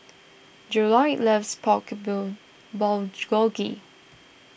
Jerold loves Pork bill Bulgogi